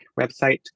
website